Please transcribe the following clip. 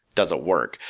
does it work?